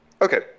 Okay